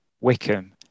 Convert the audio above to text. Wickham